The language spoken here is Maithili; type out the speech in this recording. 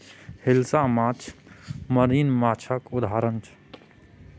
हिलसा माछ मरीन माछक उदाहरण छै